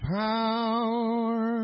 power